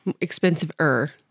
Expensive-er